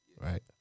right